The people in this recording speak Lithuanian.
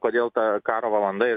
kodėl ta karo valanda